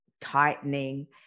tightening